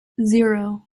zero